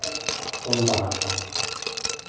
ᱵᱚᱱ ᱵᱟᱦᱟᱜᱼᱟ